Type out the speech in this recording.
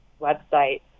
website